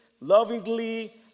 lovingly